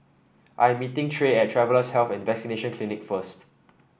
I'm meeting Trae at Travellers' Health and Vaccination Clinic first